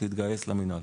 שיתגייס למינהל.